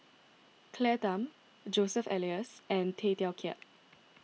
Claire Tham Joseph Elias and Tay Teow Kiat